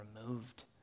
removed